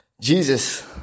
Jesus